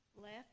left